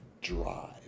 Drive